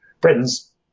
Britain's